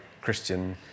Christian